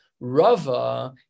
Rava